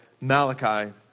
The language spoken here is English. Malachi